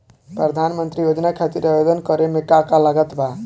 प्रधानमंत्री योजना खातिर आवेदन करे मे का का लागत बा?